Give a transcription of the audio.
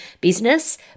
business